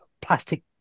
plastic